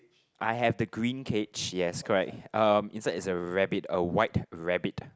I have the green cage yes correct um inside is a rabbit a white rabbit